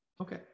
Okay